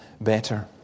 better